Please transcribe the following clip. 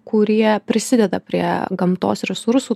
kurie prisideda prie gamtos resursų